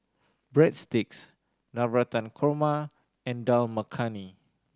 Breadsticks Navratan Korma and Dal Makhani